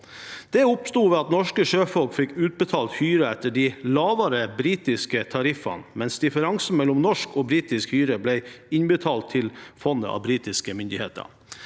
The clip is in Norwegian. Det oppsto ved at norske sjøfolk fikk utbetalt hyre etter de lavere britiske tariffene, mens differansen mellom norsk og britisk hyre ble innbetalt til fondet av britiske myndigheter.